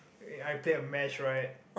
uh I play a match right